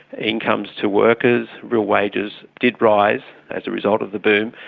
incomes to workers, real wages did rise as a result of the boom.